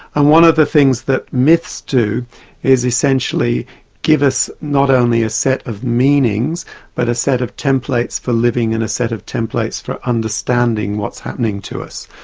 and one of the things that myths do is essentially give us not only a set of meanings but a set of templates for living and a set of templates for understanding what's happening to us.